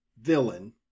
villain